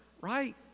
Right